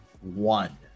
one